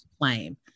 claim